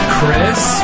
Chris